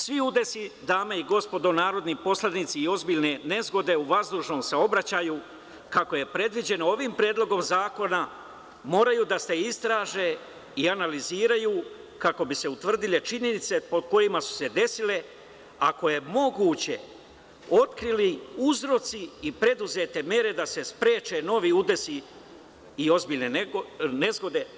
Svi udesi dame i gospodo narodni poslanici i ozbiljne nezgode u vazdušnom saobraćaju kako je predviđeno ovim predlogom zakona moraju da se istraže i analiziraju kako bi se utvrdile činjenice po kojima su se desile, ako je moguće otkrili uzroci i preduzete mere da se spreče novi udesi i ozbiljne nezgode.